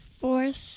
fourth